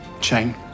chain